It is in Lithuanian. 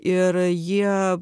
ir jie